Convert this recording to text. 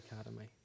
Academy